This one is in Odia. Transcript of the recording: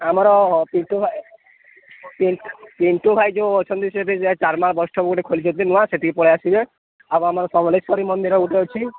ଆମର ପିଣ୍ଟୁ ଭାଇ ପିନ ପିଣ୍ଟୁ ଭାଇ ଯୋଉ ଅଛନ୍ତି ସେଠି ଯ ଚାରମାଲ ବସଷ୍ଟପ୍ ଗୋଟେ ଖୋଲିଛନ୍ତି ନୂଆ ସେଠି ପଳେଇଆସିବେ ଆଉ ଆମର ସମମଲେଶ୍ଵରୀ ମନ୍ଦିର ଗୁଟେ ଅଛି